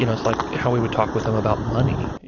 you know it's like how we would talk with them about money.